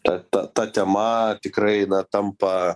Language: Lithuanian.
ta ta ta tema tikrai na tampa